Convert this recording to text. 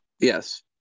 Yes